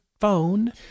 phone